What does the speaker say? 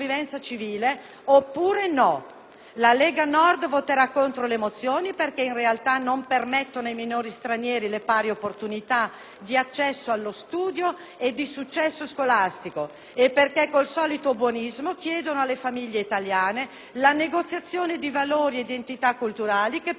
La Lega Nord voterà contro le mozioni perché in realtà non permettono ai minori stranieri la pari opportunità di accesso allo studio e di successo scolastico e perché col solito buonismo chiedono alle famiglie italiane la negoziazione di valori ed identità culturali che per gli elettori della Lega Nord non sono negoziabili.